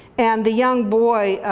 and the young boy,